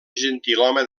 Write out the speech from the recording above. gentilhome